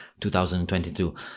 2022